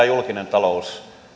julkinen talous